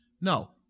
No